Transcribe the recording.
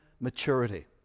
maturity